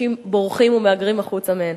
אנשים בורחים ומהגרים החוצה מהן.